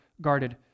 guarded